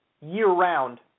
year-round